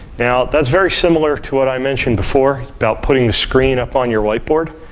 now, that's very similar to what i mentioned before, about putting the screen up on your whiteboard.